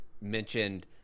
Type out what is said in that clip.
mentioned